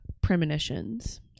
premonitions